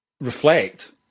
reflect